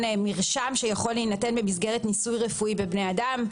מרשם שיכול להינתן במסגרת ניסוי רפואי בבני אדם.